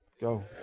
Go